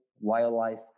wildlife